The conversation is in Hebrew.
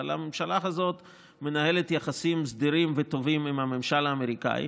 אבל הממשלה הזאת מנהלת יחסים סדירים וטובים עם הממשל האמריקאי,